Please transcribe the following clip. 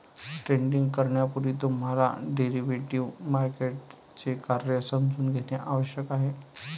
trading करण्यापूर्वी तुम्हाला derivative मार्केटचे कार्य समजून घेणे आवश्यक आहे